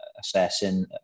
assessing